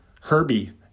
herbie